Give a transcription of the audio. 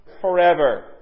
forever